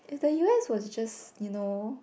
is the u_s was just you know